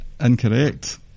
Incorrect